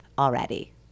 already